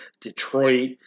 Detroit